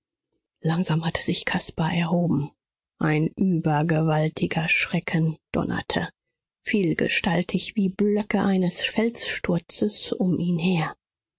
langsam hatte sich caspar erhoben ein übergewaltiger schrecken donnerte vielgestaltig wie die blöcke eines felssturzes um ihn her